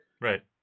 Right